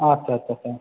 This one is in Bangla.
আচ্ছা আচ্ছা আচ্ছা